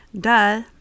duh